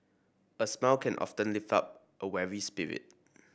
a smile can often lift up a weary spirit